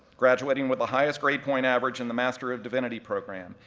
graduating with the highest grade point average in the master of divinity program,